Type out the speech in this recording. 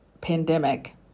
pandemic